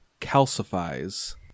calcifies